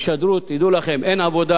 אם ישדרו שאין עבודה,